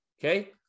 okay